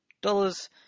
dollars